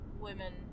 women